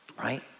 right